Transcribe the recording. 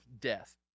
death